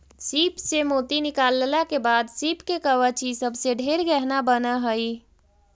सीप से मोती निकालला के बाद सीप के कवच ई सब से ढेर गहना बन हई